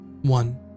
one